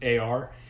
AR